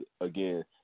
again